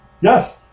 Yes